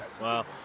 Wow